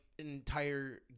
Entire